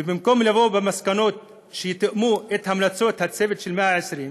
ובמקום לבוא עם מסקנות שיתאמו את המלצות הצוות של ה-120,